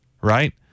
right